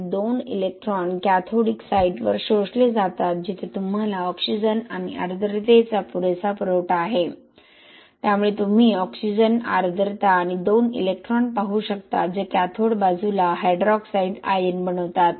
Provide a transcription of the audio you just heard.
हे 2 electron cathodic साइटवर शोषले जातात जिथे तुम्हाला ऑक्सिजन आणि आर्द्रतेचा पुरेसा पुरवठा आहे त्यामुळे तुम्ही ऑक्सिजन आर्द्रता आणि 2 इलेक्ट्रॉन पाहू शकता जे कॅथोड बाजूला हायड्रॉक्साईड आयन बनवतात